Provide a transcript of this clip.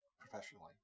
professionally